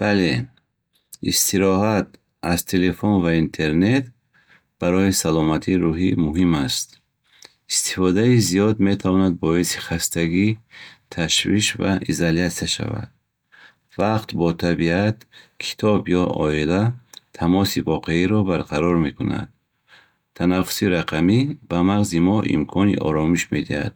Бале, истироҳат аз телефон ва интернет барои саломатии рӯҳӣ муҳим аст. Истифодаи зиёд метавонад боиси хастагӣ, ташвиш ва изалятсия шавад. Вақт бо табиат, китоб ё оила тамоси воқеиро барқарор мекунад. Танаффуси рақамӣ ба мағзи мо имкони оромиш медиҳад.